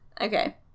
Okay